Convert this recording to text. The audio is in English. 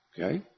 Okay